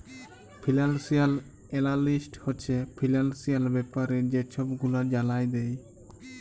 financial analyst হছে financial ব্যাপারে যে ছব গুলা জালায় দেই